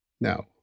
Now